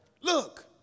look